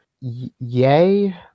yay